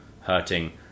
hurting